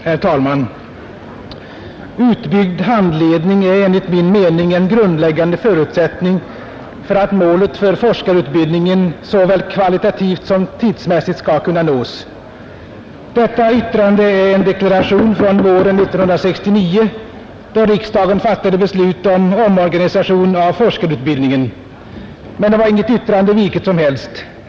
Herr talman! ”Utbyggd handledning är enligt min mening en grundläggande förutsättning för att målet för forskarutbildningen såväl kvalitativt som tidsmässigt skall kunna nås.” Detta yttrande är en deklaration från våren 1969, då riksdagen fattade beslut om omorganisation av forskarutbildningen. Men det var inte vilket yttrande som helst.